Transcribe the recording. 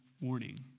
warning